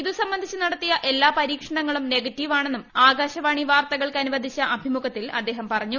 ഇത് സംബന്ധിച്ച് നടത്തിയ എല്ലാ പരീക്ഷണങ്ങളും നെഗറ്റീവാണെന്നും ആകാശവാണി വാർത്തകൾക്ക് അനുവദിച്ച അഭിമുഖത്തിൽ അദ്ദേഹം പറഞ്ഞു